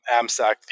AMSAC